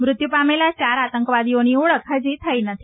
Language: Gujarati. મૃત્યુ પામેલા ચાર આતંકવાદીઓની ઓળખ હજી થઈ નથી